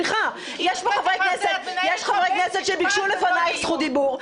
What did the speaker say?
יש חברי כנסת שביקשו לפנייך זכות דיבור.